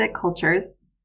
cultures